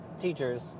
teachers